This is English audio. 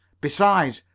besides,